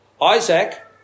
Isaac